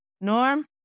Norm